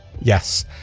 Yes